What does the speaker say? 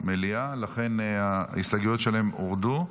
במליאה ולכן ההסתייגויות שלהם הורדו.